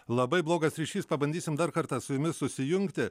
labai blogas ryšys pabandysim dar kartą su jumis susijungti